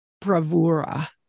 bravura